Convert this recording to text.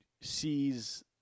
sees